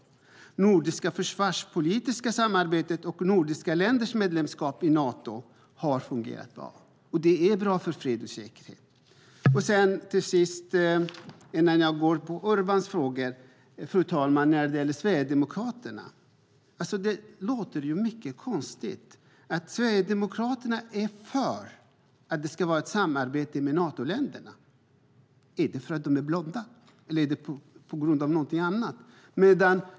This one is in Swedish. Det nordiska försvarspolitiska samarbetet har fungerat bra, liksom de nordiska ländernas medlemskap i Nato. Det är bra för fred och säkerhet. Innan jag går in på Urban Ahlins frågor, fru talman, vill jag säga något när det gäller Sverigedemokraterna. Det låter mycket märkligt att Sverigedemokraterna är för ett samarbete med Natoländerna. Är det för att människorna är blonda eller på grund av någonting annat?